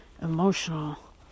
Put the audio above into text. emotional